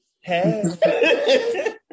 hey